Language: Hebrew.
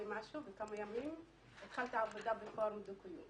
התחלתי לעבוד בפורום...,